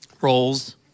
roles